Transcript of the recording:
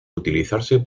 utilizarse